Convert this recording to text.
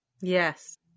Yes